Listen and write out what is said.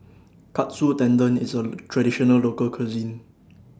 Katsu Tendon IS A Traditional Local Cuisine